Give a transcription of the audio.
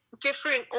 different